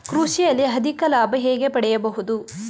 ಕೃಷಿಯಲ್ಲಿ ಅಧಿಕ ಲಾಭ ಹೇಗೆ ಪಡೆಯಬಹುದು?